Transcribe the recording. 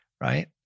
right